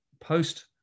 post